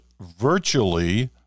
virtually